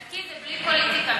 נקי זה בלי פוליטיקה.